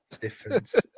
Difference